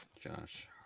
Josh